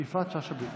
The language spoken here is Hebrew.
יפעת שאשא ביטון.